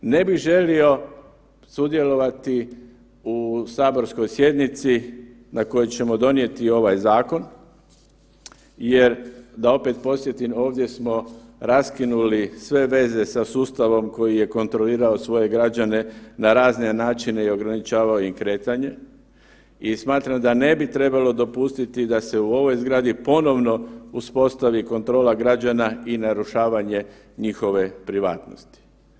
Ne bih želio sudjelovati u saborskoj sjednici na kojoj ćemo donijeti ovaj zakon jer da opet podsjetim, ovdje smo raskinuli sve veze sa sustavom koji je kontrolirao svoje građane na razne načine i ograničavao im kretanje i smatram da ne bi trebalo dopustiti da se u ovoj zgradi ponovno uspostavi kontrola građana i narušavanje njihove privatnosti.